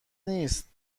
نیست